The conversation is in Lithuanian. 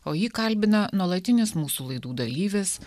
o jį kalbina nuolatinis mūsų laidų dalyvis